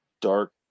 dark